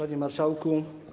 Panie Marszałku!